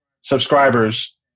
subscribers